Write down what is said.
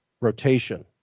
rotation